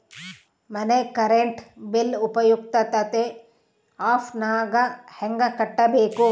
ಮನೆ current bill ಉಪಯುಕ್ತತೆ app ನಾಗ ಹೆಂಗ ಕಟ್ಟಬೇಕು?